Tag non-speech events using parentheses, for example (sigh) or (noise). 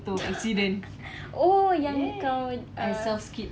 (laughs) oh yang kau uh